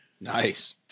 nice